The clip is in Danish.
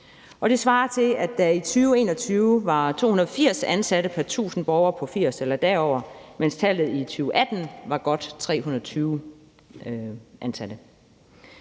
det svarer til, at der i 2021 var 280 ansatte pr. tusind borgere på 80 år eller derover, mens tallet i 2018 var godt 320 ansatte.